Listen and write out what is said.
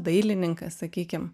dailininkas sakykim